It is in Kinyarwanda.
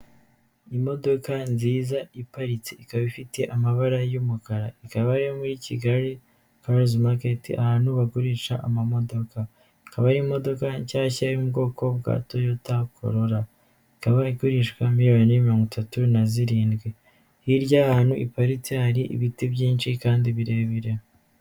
Imodoka nziza iparitse ikaba ifite amabara y'umukara, ikaba ari iyo muri Kigali karizi maketi ahantu bagurisha amamodoka. Ikaba ari imodoka nshyashya yo mu bwoko bwa toyota colola, ikaba igurishwa miliyoni mirongo itatu na zirindwi. Hirya y'ahantu iparitse hari ibiti byinshi kandi birebire.